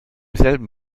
selben